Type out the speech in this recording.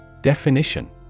Definition